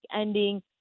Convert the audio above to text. ending